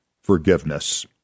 forgiveness